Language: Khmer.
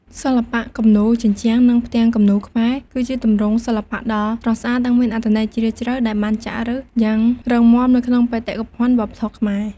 សិល្បៈគំនូរជញ្ជាំង និងផ្ទាំងគំនូរខ្មែរ គឺជាទម្រង់សិល្បៈដ៏ស្រស់ស្អាត និងមានអត្ថន័យជ្រាលជ្រៅ ដែលបានចាក់ឫសយ៉ាងរឹងមាំនៅក្នុងបេតិកភណ្ឌវប្បធម៌ខ្មែរ។